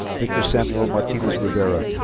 victor samuel martinez rivera.